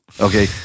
Okay